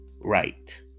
right